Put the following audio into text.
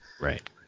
Right